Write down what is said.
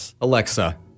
Alexa